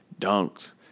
dunks